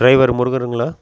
driver முருகருங்களா